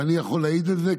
ואני יכול להעיד על זה,